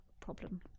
problem